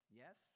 yes